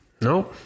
no